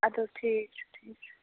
اَدٕ حظ ٹھیٖک چھُ ٹھیٖک چھُ